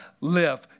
live